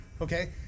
Okay